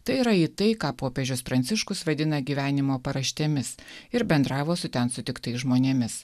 tai yra į tai ką popiežius pranciškus vadina gyvenimo paraštėmis ir bendravo su ten sutiktais žmonėmis